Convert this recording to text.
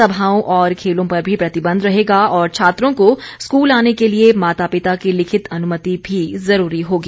सभाओं और खेलों पर भी प्रतिबंध रहेगा और छात्रों को स्कूल आने के लिए माता पिता की लिखित अनुमति भी जरूरी होगी